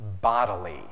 bodily